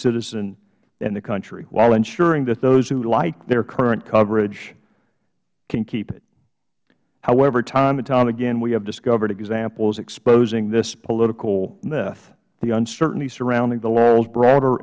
citizen in the country while ensuring that those who like their current coverage can keep it however time and time again we have discovered examples exposing this political myth the uncertainty surrounding the law's broader